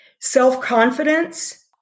Self-confidence